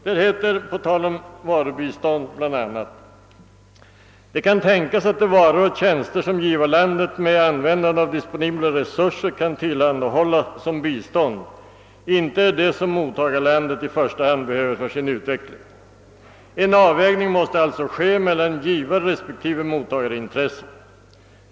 Det heter på tal om varubistånd bl.a.: »Det kan tänkas att de varor och tjänster som givarlandet med användande av disponibla resurser kan tillhandahålla som bistånd inte är de som mottagarlandet i första hand behöver för sin utveckling. En avvägning måste alltså ske mellan givarrespektive mottagarintressena.